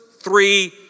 three